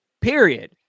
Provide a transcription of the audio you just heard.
period